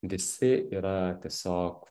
visi yra tiesiog